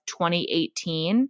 2018